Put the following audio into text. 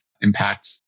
impact